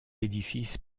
édifice